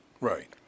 right